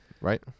Right